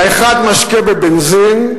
האחד משקה בבנזין,